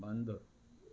बंदि